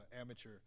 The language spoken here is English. amateur